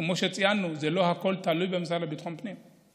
כמו שציינו, לא הכול תלוי במשרד לביטחון פנים.